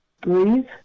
breathe